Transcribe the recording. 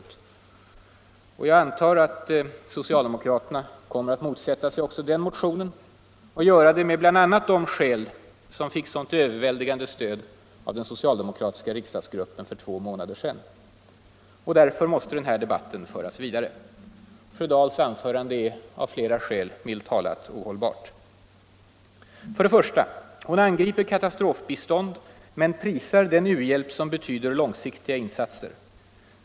Jag antar att det finns risk för att socialdemokraterna kommer att motsätta sig också den motionen och göra det med bl.a. de skäl som fick sådant överväldigande stöd av den socialdemokratiska riksdagsgruppen för två månader sedan. Därför måste den här debatten föras vidare. Birgitta Dahls anförande är, för att uttrycka sig milt, ohållbart av flera skäl. För det första: hon angriper katastrofbistånd men prisar den u-hjälp som betyder långsiktiga insatser.